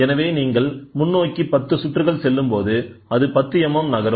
எனவே நீங்கள் முன்னோக்கி 10 சுற்றுகள் செல்லும்போது அது 10 mm நகரும்